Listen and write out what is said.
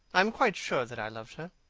i am quite sure that i loved her.